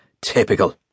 Typical